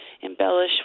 embellish